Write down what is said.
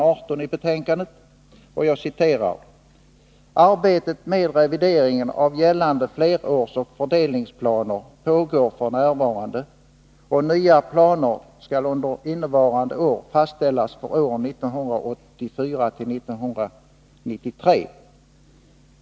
18i betänkandet, där det står: ”Arbetet med revideringen av gällande flerårsoch fördelningsplaner pågår f. n. och nya planer skall under innevarande år fastställas för åren 1984-1993.